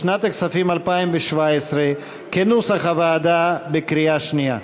לשנת הכספים 2017, כנוסח הוועדה, בקריאה שנייה.